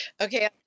Okay